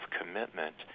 commitment